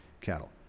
cattle